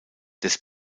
des